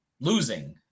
losing